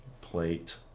plate